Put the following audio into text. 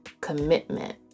commitment